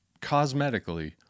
cosmetically